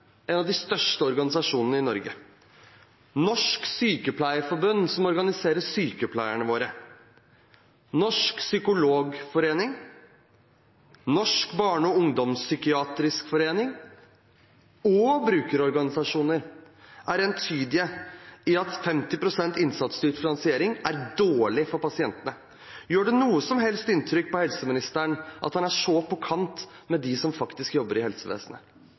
en av de største organisasjonene i Norge, Norsk Sykepleierforbund, som organiserer sykepleierne våre, Norsk Psykologforening, Norsk barne- og ungdomspsykiatrisk forening og brukerorganisasjoner er entydige i at 50 pst. innsatsstyrt finansiering er dårlig for pasientene. Gjør det noe som helst inntrykk på helseministeren at han er så på kant med dem som faktisk jobber i helsevesenet?